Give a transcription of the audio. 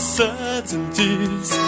certainties